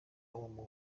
uwo